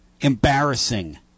embarrassing